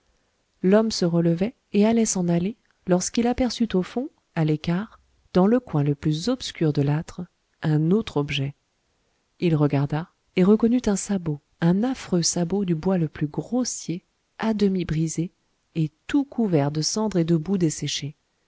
l'homme se relevait et allait s'en aller lorsqu'il aperçut au fond à l'écart dans le coin le plus obscur de l'âtre un autre objet il regarda et reconnut un sabot un affreux sabot du bois le plus grossier à demi brisé et tout couvert de cendre et de boue desséchée